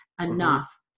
enough